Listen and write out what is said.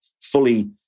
fully